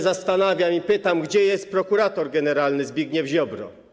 Zastanawiam się i pytam: Gdzie jest prokurator generalny Zbigniew Ziobro?